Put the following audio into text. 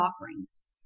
offerings